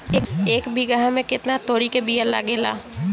एक बिगहा में केतना तोरी के बिया लागेला?